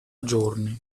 giorni